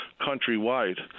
countrywide